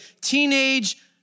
teenage